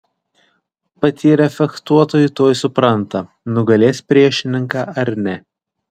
patyrę fechtuotojai tuoj supranta nugalės priešininką ar ne